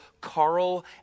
Carl